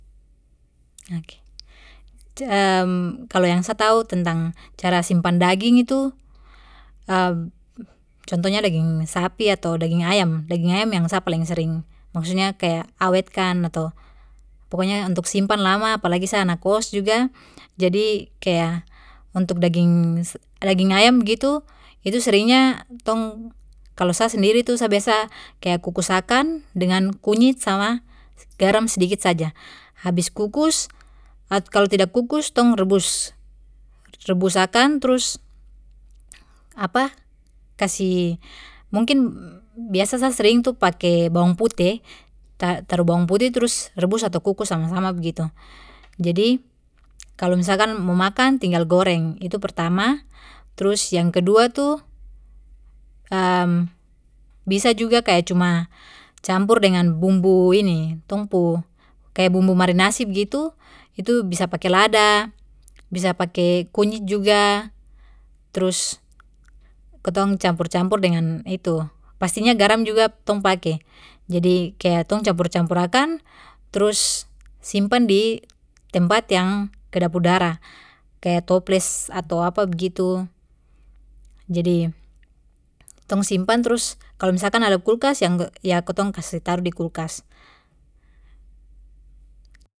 kalo yang sa tahu tentang cara simpan daging itu contohnya daging sapi ato daging ayam daging ayam yang sa paling sering maksudnya kaya awetkan ato pokoknya untuk simpan lama apalagi sa anak kos juga jadi kaya untuk daging, daging ayam begitu, itu seringnya tong kalo sa sendiri tu sa biasa kaya kukus akan dengan kunyi sama garam sedikit saja habis kukus kalo tidak kukus tong rebus, rebus akan trus kasih mungkin biasa sa sering pake itu bawang putih eh ta-taruh bawang putih trus rebus ato kukus sama sama begitu, jadi kalo misalkan mo makan tinggal goreng itu pertam, trus yang kedua tu bisa juga kaya cuma campur bumbu ini tong pu kaya bumbu marinasi begitu itu bisa pake lada bisa pake kunyit juga trus kitong campur campur dengan itu pastinya garam juga tong pake jadi kaya tong campur campur akan trus simpan di tempat yang kedap udara kaya toples ato apa begitu, jadi, tong simpan trus kalo misalkan ada kulkas yang ya kitong kasih taruh di kulkas.